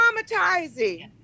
Traumatizing